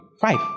Five